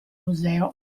museo